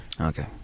Okay